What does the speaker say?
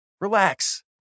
Relax